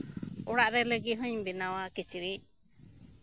ᱚᱲᱟᱜ ᱨᱮ ᱞᱟᱹᱜᱤᱫ ᱦᱩᱸᱧ ᱵᱮᱱᱟᱣᱟ ᱠᱤᱪᱨᱤᱪ